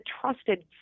trusted